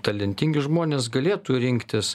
talentingi žmonės galėtų rinktis